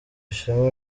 ishema